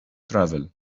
travel